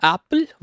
Apple